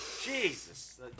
Jesus